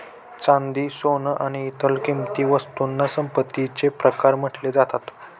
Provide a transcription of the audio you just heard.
चांदी, सोन आणि इतर किंमती वस्तूंना संपत्तीचे प्रकार म्हटले जातात